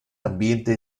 ambiente